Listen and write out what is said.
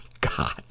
god